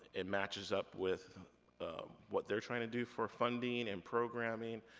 it matches up with what they're trying to do for funding, and programming,